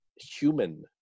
human